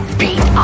beat